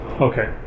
Okay